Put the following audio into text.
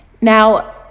Now